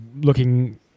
looking